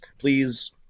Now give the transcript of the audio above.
please